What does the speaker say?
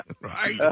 Right